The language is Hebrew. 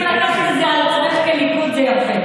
אם לקחת את זה על עצמך, כליכוד, זה יפה.